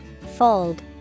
fold